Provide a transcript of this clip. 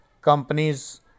companies